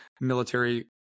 military